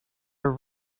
are